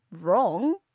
wrong